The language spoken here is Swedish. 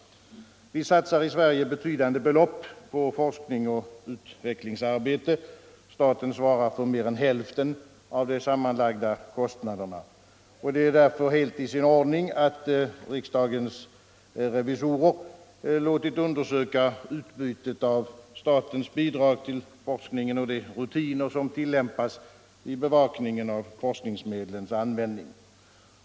Vi satsar i Sverige betydande belopp på forskning och utvecklingsarbete. Staten svarar för mer än hälften av de sammanlagda kostnaderna, och det är därför helt i sin ordning att riksdagens revisorer låtit undersöka — Nr 136 utbytet av statens bidrag till forskningen och de rutiner som tillämpas Torsdagen den vid bevakningen av forskningsmedlens användning.